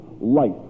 life